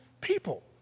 people